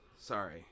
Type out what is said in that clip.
Sorry